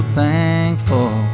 thankful